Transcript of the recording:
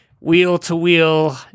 wheel-to-wheel